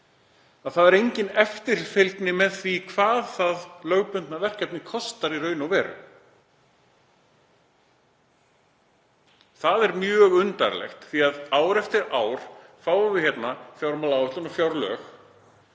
þá er engin eftirfylgni með því hvað það lögbundna verkefni kostar í raun og veru. Það er mjög undarlegt því að ár eftir ár fáum við fjármálaáætlun og fjárlög.